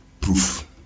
proof